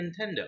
Nintendo